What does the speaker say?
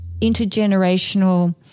intergenerational